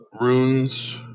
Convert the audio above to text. runes